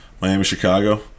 Miami-Chicago